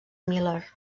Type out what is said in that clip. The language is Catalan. miller